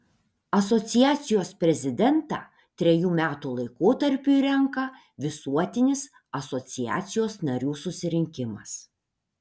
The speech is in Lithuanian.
asociacijos prezidentą trejų metų laikotarpiui renka visuotinis asociacijos narių susirinkimas